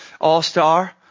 all-star